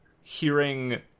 hearing